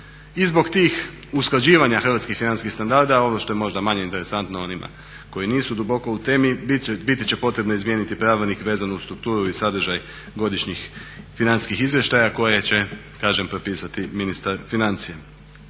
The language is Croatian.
I zbog tih usklađivanja hrvatskih financijskih standarda ono što je možda manje interesantno onima koji nisu duboko u temi biti će potrebno izmijeniti pravilnik vezano uz strukturu i sadržaj godišnjih financijskih izvještaja koje će kažem propisati ministar financija